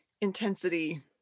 intensity